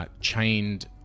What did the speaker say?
chained